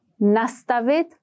Nastavit